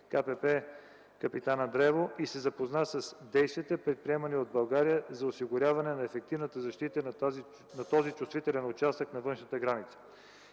ГКПП „Капитан Андреево” и се запозна с действията, предприемани от България за осигуряване на ефективната защита на този чувствителен участък на външните граници.